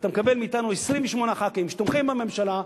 אתה מקבל מאתנו 28 חברי כנסת שתומכים בממשלה.